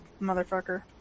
motherfucker